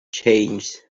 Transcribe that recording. change